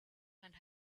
and